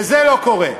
וזה לא קורה.